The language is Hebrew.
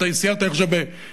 ואני סיירתי עכשיו בכמעט